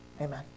Amen